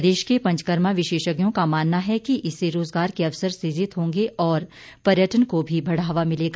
प्रदेश के पंचकर्मा विशेषज्ञों का मानना है कि इससे रोजगार के अवसर सुजित होंगे और पर्यटन को भी बढ़ावा मिलेगा